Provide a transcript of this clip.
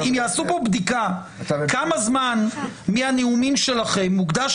אם יעשו פה בדיקה כמה זמן מהנאומים שלכם מוקדש